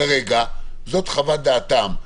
כרגע זאת חוות דעתם,